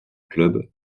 clube